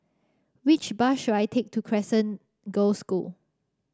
which bus should I take to Crescent Girls' School